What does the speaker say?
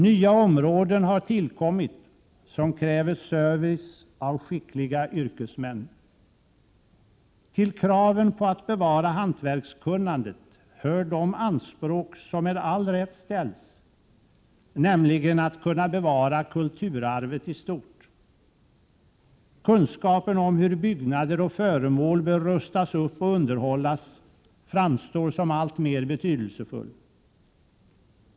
Nya områden har tillkommit som kräver service av skickliga yrkesmän. Till kraven på att bevara hantverkskunnandet hör de anspråk som med all rätt ställs — nämligen att kunna bevara kulturarvet i stort. Kunskapen om hur byggnader och föremål bör rustas upp och underhållas framstår som alltmer betydelsefull.